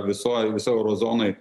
visoj visoj euro zonoj